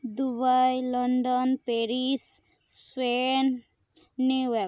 Dubai London Paris Spain New York